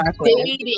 dating